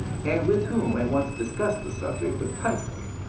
and with whom i once discussed the subject of typhoid,